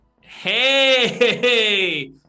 Hey